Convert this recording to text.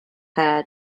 hair